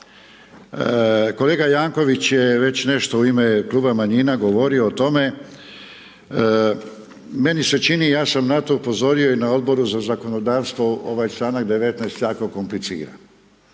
kolega Jankovics je već nešto u ime kluba manjina govorio o tome, meni se čini, ja sam na to upozorio i na Odboru za zakonodavstvo ovaj članak 19. je jako kompliciran.